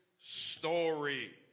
story